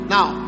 Now